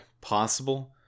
possible